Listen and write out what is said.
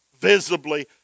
visibly